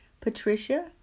Patricia